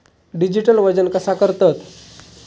Digital वजन कसा करतत?